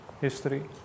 history